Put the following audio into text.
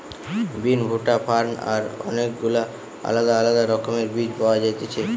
বিন, ভুট্টা, ফার্ন আর অনেক গুলা আলদা আলদা রকমের বীজ পাওয়া যায়তিছে